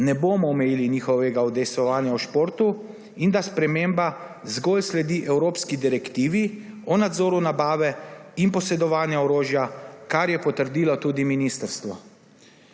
ne bomo omejili njihovega udejstvovanja v športu in da sprememba zgolj sledi evropski direktivi o nadzoru nabave in posedovanja orožja, kar je potrdilo tudi ministrstvo.